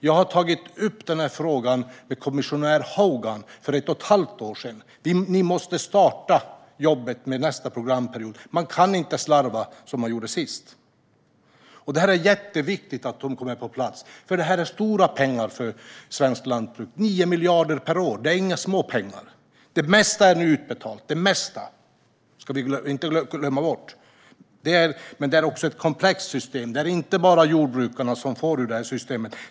Jag har tagit upp frågan med kommissionär Hogan för ett och ett halvt år sedan: Ni måste starta jobbet med nästa programperiod. Man kan inte slarva som man gjorde sist. Det är jätteviktigt att detta kommer på plats, för det är stora pengar för svenskt lantbruk. 9 miljarder per år är inga småpengar. Det mesta är nu utbetalt - det ska vi inte glömma bort. Men det är ett komplext system. Det är inte bara jordbrukarna som får ur det systemet.